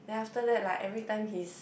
then after that like every time his